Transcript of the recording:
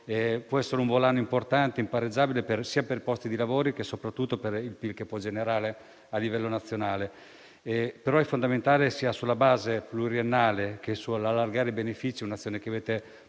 può essere un volano importante e impareggiabile, sia per i posti di lavoro sia, soprattutto, per il PIL che può generare a livello nazionale. È, però, fondamentale, sia sulla base pluriennale che sull'allargare i benefici, un'azione che avete portato